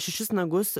šešis nagus